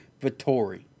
Vittori